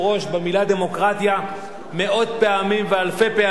במלה דמוקרטיה מאות פעמים ואלפי פעמים.